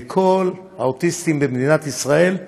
לכל האוטיסטים במדינת ישראל.